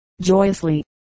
joyously